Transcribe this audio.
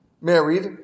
married